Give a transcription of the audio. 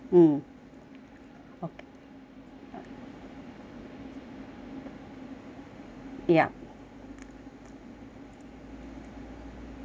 okay ya